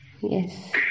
Yes